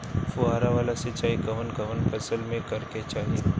फुहारा वाला सिंचाई कवन कवन फसल में करके चाही?